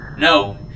No